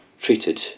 treated